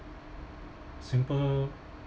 simple